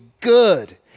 good